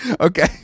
Okay